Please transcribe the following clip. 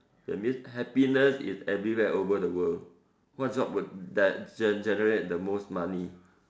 that means happiness is everywhere over the world what job would gen~ generate the most money